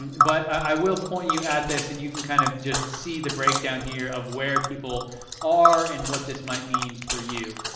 um but i will point you out this, and you can kind of just see the break down here of where people are and what this might mean for you.